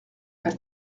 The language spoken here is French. elle